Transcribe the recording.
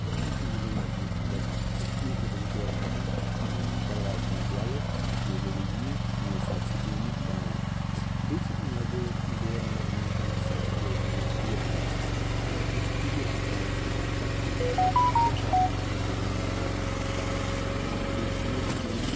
تہٕ یِتھ کٔنۍ چھِ دۄنؤے چیٖز بچان اَمہِ خٲطرٕ چھِ گورمِنٹن ٲں درواز تھٲیمِتۍ یَلہٕ کہِ ؤلِو یِیِو نِیِو سبسِڈی اَمِچۍ بَنٲیِو بیٚیہِ چھِ اَمہِ وَغٲر گورمیٚنٛٹ وُنٛکیٚس سبسڈی اسہِ دِوان تیٖرَن مَنٛز اگر کٲنٛسہِ تیٖر آسَن رَچھِنۍ تتھ مَنٛز تہِ چھِ وُنٛکیٚس سُہ فارمِنٛگ تہِ چھِ وُنٛکیٚس زمیٖندار ییٚتہ کران یعنی کہِ تیٖر چھِ دِوان